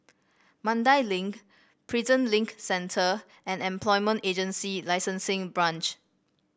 Mandai Link Prison Link Centre and Employment Agency Licensing Branch